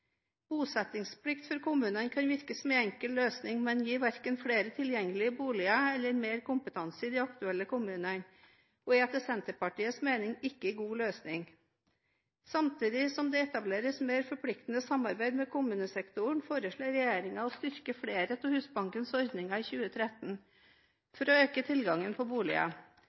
Bosettingsplikt for kommunene kan virke som en enkel løsning, men gir verken flere tilgjengelige boliger eller kompetanse i de aktuelle kommunene og er etter Senterpartiets mening ikke en god løsning. Samtidig som det etableres mer forpliktende samarbeid med kommunesektoren, foreslår regjeringen å styrke flere av Husbankens ordninger i 2013 for å øke tilgangen på boliger.